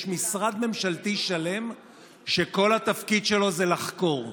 יש משרד ממשלתי שלם שכל התפקיד שלו זה לחקור.